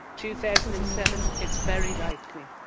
two thousand and seven it's very likely.